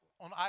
on